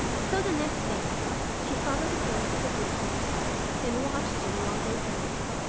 so the next day she followed the goats at a distance and watched them while they grazed.